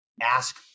Ask